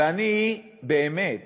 ואני באמת